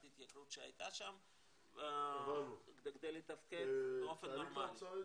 התייקרות שהייתה שם כדי לתפקד באופן נורמלי.